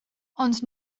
ond